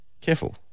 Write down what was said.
careful